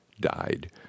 died